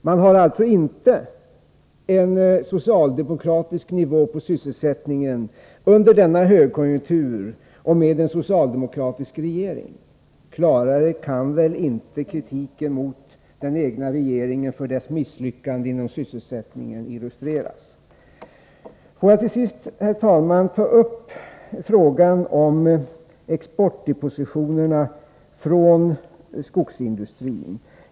Man har alltså inte en socialdemokratisk nivå på sysselsättningen under denna högkonjunktur och med en socialdemokratisk regering. Klarare kan väl inte kritiken mot den egna regeringen för dess misslyckande med sysselsättningspolitiken illustreras. Låt mig till sist, herr talman, ta upp frågan om exportdepositionerna från skogsindustrin.